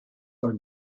are